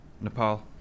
Nepal